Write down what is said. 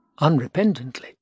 unrepentantly